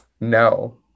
No